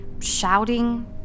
shouting